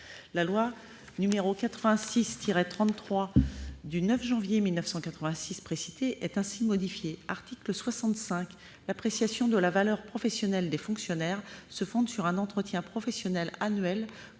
de loi n° 86-33 du 9 janvier 1986 précitée est ainsi modifié :« L'appréciation de la valeur professionnelle des fonctionnaires se fonde sur un entretien professionnel annuel